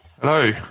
Hello